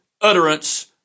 utterance